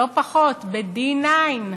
לא פחות, ב-D9,